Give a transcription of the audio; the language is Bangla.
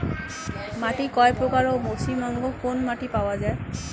মাটি কয় প্রকার ও পশ্চিমবঙ্গ কোন মাটি পাওয়া য়ায়?